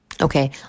Okay